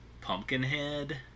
Pumpkinhead